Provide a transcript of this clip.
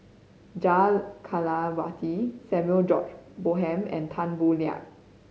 Jah Kelawati Samuel George Bonham and Tan Boo Liat